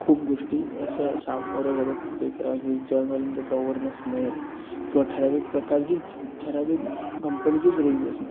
खूप गोष्टी असं सामोऱ्या जातात मध्ये टॉवर नसणे किंवा ठराविक प्रकारचीच ठराविक कंपणीचीच रेंज असणे